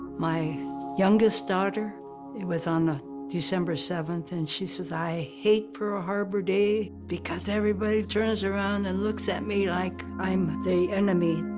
my youngest daughter it was on december seventh, and she says, i hate pearl harbor day because everybody turns around and looks at me like i'm the enemy.